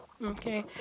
Okay